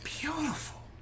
beautiful